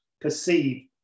perceive